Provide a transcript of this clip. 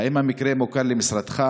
1. האם המקרה מוכר למשרדך?